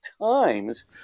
times